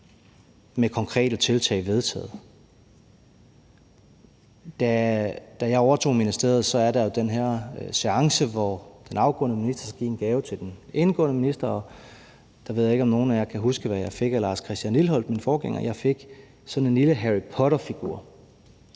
med konkrete tiltag vedtaget. Da jeg overtog ministeriet, er der jo den her seance, hvor den afgåede minister skal give en gave til den tiltrådte minister, og der ved jeg ikke, om nogle af jer kan huske, hvad jeg fik af Lars Christian Lilleholt, min forgænger. Jeg fik sådan en lille Harry Potter-figur.